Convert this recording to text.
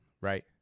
right